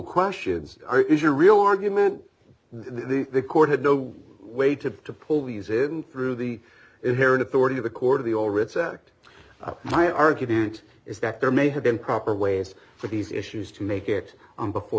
questions are is your real argument the court had no way to to pull these in through the inherent authority of the court of the already checked my argument is that there may have been proper ways for these issues to make it on before